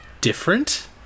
different